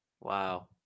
Wow